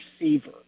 receiver